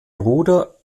bruder